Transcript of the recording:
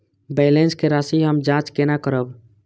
Balance के राशि हम जाँच केना करब?